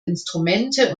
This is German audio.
instrumente